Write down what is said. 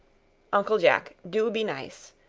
uncle jack, do be nice.